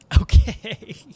Okay